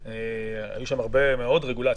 היו שם הרבה מאוד רגולציות,